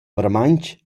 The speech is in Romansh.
vairamaing